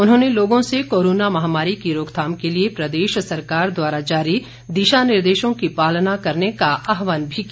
उन्होंने लोगों से कोरोना महामारी की रोकथाम के लिए प्रदेश सरकार द्वारा जारी दिशा निर्देशों की पालना करने का आहवान भी किया